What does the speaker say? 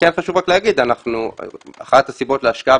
שמה שחשוב להגיד זה שהתמונה עוד יותר משקרת,